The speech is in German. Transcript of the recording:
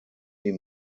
die